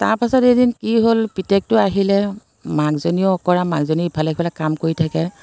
তাৰ পাছত এদিন কি হ'ল পিতেকটো আহিলে মাকজনীও অঁকৰা মাকজনী ইফালে সিফালে কাম কৰি থাকে